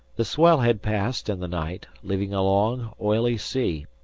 the swell had passed in the night, leaving a long, oily sea,